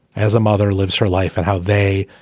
as a mother, lives her life and how they,